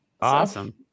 awesome